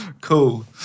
Cool